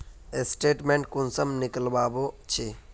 Statement कुंसम निकलाबो छी?